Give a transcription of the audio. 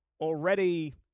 already